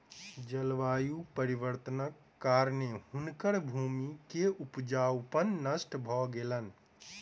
जलवायु परिवर्तनक कारणेँ हुनकर भूमि के उपजाऊपन नष्ट भ गेलैन